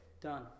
done